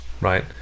right